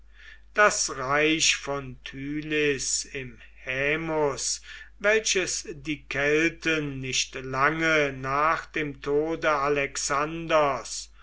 das reich von tylis im haemus welches die kelten nicht lange nach dem tode alexanders